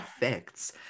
effects